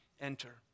enter